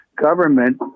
government